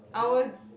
I will